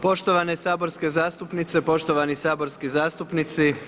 Poštovane saborske zastupnice poštovani saborski zastupnici.